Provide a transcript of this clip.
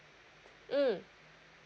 mm